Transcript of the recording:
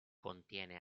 contiene